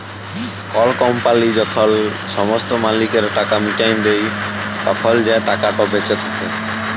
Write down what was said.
call company যখল সমস্ত মালিকদের টাকা মিটাঁয় দেই, তখল যে টাকাট বাঁচে থ্যাকে